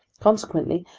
consequently,